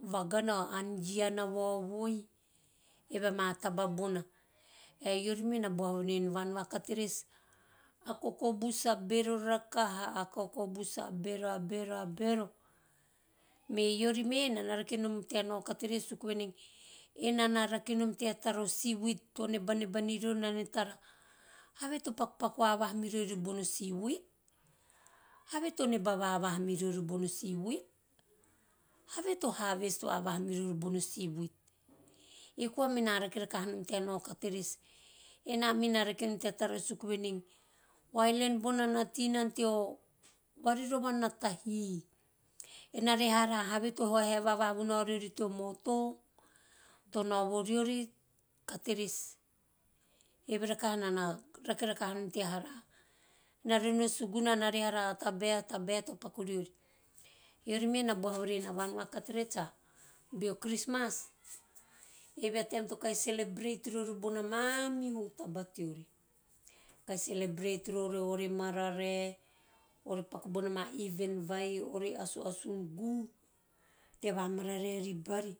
Vagana, ann iana vaovoi, eve ama taba bona ae eori me na boho voren a van va carterets a kokobus a bero rakaha - a kokobus a bero rakaha, a bero - a bero me eori me, enana rakenom tea nao cartevets suku venei enana rekanon tea tara o seaweed to nebaneba ni riori ena ne tara have to pakupaku vavaha miriori bono seaweed? Have to neba vavaha menori bono seaweed? Have to harvest vavaha meviori bono seaweed? Ei koa mena rake rakanom tea nao cartevets ena me na rakanom tea tara suku venei o island bona na tei nana teo varirovana na tahi. Ena re hara have to haehae vavaha vo nao riori teo motor to nao viriori cartevets eve rakaha enana rake rakahanom tea hara en a re no suguna ena re have a tabae - a tabae to paku riori. Eori me na boha voren a van va carteets ah beo christmas eve a taim to kahi celebrate riori bona mamihu taba teori, kahi celebrate rori ore mararae ore paku bona ma event vai, ore asuasun gu`u ore ma mararae ri bari